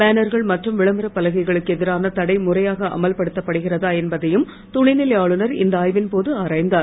பேனர்கள் மற்றும் விளம்பர பலகைகளுக்கு எதிரான தடை முறையாக அமல்படுத்தப்படுகிறதா என்பதையும் துணைநிலை ஆளுநர் இந்த ஆய்வின் போது ஆராய்ந்தார்